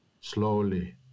slowly